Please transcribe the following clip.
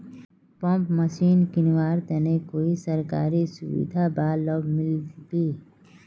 Pump machine किनवार तने कोई सरकारी सुविधा बा लव मिल्बी?